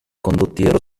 condottiero